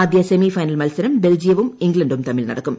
ആദ്യ semi final മത്സരം ബെൽജിയവും ഇംഗ്ലണ്ടും തമ്മിൽ നടക്കും